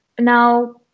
now